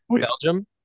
belgium